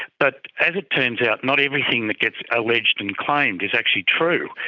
but as it turns out, not everything that gets alleged and claimed is actually true.